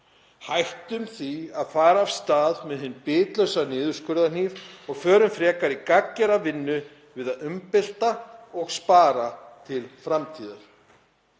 Hættum því að fara af stað með hinn bitlausa niðurskurðarhníf og förum frekar í gagngera vinnu við að umbylta og spara til framtíðar.